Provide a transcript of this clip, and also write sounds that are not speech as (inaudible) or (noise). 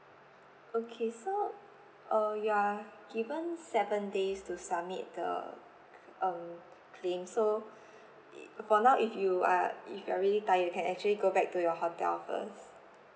okay so uh you're given seven days to submit the c~ um claim so (breath) uh for now if you are if you are really tired you can actually go back to your hotel first